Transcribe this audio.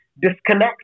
disconnect